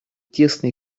тесные